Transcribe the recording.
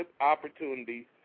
opportunities